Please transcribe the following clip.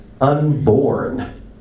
unborn